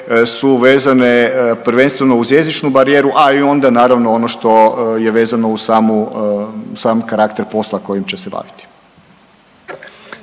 su vezane prvenstveno uz jezičnu barijeru, a i onda naravno ono što je vezano uz samu, uz sami karakter posla kojim će se baviti.